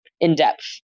in-depth